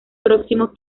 próximos